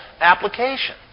application